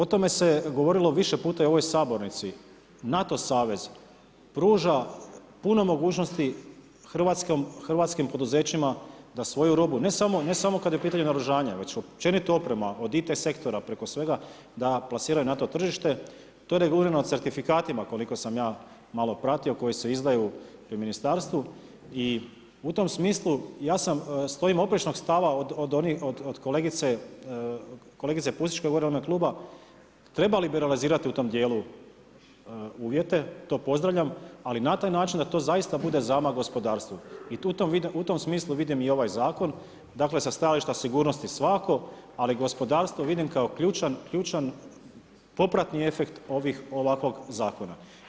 A o tome se govorilo više puta i u ovoj sabornici, NATO savez pruža puno mogućnosti hrvatskim poduzećima da svoju robu, ne samo kad je u pitanju naoružanje, već općenito oprema od IT sektora preko svega da plasiraju NATO tržište to je regulirano certifikatima, koliko sam ja malo pratio, koji se izdaju pri ministarstvu i u tom smislu stojim oprečnog stava od kolegice Pusić koja je govorila u ime kluba trebali bi realizirati u tom djelu uvjete, to pozdravljam, ali na taj način da to bude zaista zamah gospodarstvu i u tom smislu vidim i ovaj zakon, dakle sa stajališta sigurnosti svakako, ali gospodarstvo vidim kao ključan popratni efekt ovakvog zakona.